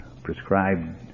Prescribed